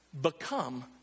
become